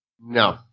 No